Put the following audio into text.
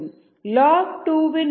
ln 2 இன் மதிப்பு 0